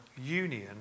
union